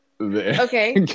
Okay